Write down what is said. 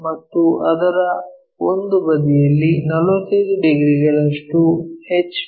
P ಮತ್ತು ಅದರ ಒಂದು ಬದಿಯಲ್ಲಿ 45 ಡಿಗ್ರಿಗಳಷ್ಟು ಎಚ್